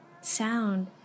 Sound